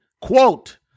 quote